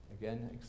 again